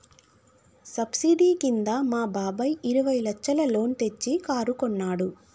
subsidy కింద మా బాబాయ్ ఇరవై లచ్చల లోన్ తెచ్చి కారు కొన్నాడు